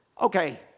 okay